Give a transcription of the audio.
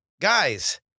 Guys